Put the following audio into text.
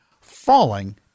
Falling